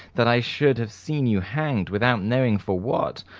that i should have seen you hanged, without knowing for what!